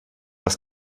das